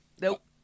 Nope